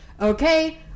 okay